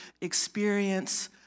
experience